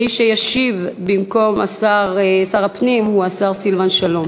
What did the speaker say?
מי שישיב במקום שר הפנים הוא השר סילבן שלום.